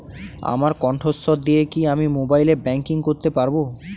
আমার কন্ঠস্বর দিয়ে কি আমি মোবাইলে ব্যাংকিং করতে পারবো?